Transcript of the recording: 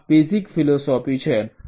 આ basic philosophy છે